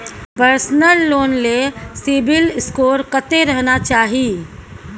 Personal loan ले CIBIL score कत्ते रहना चाही?